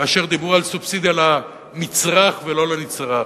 כאשר דיברו על סובסידיה למצרך, ולא לנצרך,